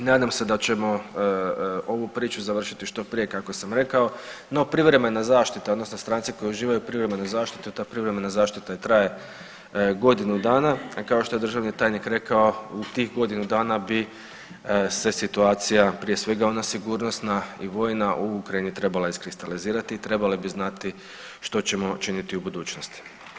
Nadam se da ćemo ovu priču završiti što prije kako sam rekao, no privremena zaštita odnosno stranici koji uživaju privremenu zaštitu ta privremena zaštita traje godinu dana, a kao što je državni tajnik rekao u tih godinu dana bi se situacija prije svega ona sigurnosna i vojna u Ukrajini trebala iskristalizirati i trebali bi znati što ćemo činiti u budućnosti.